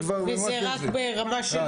זה כבר מוכן, זה כבר רץ.